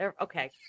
Okay